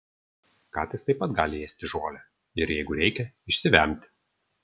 katės taip pat gali ėsti žolę ir jeigu reikia išsivemti